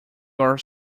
are